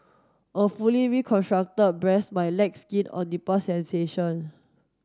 a fully reconstructed breast might lack skin or nipple sensation